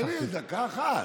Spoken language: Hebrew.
סעיף קטן (ד)